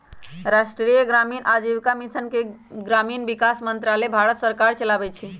राष्ट्रीय ग्रामीण आजीविका मिशन के ग्रामीण विकास मंत्रालय भारत सरकार चलाबै छइ